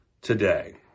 today